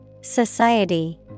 Society